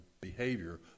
behavior